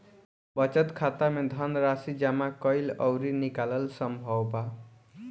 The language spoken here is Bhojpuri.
बचत खाता में धनराशि जामा कईल अउरी निकालल संभव बा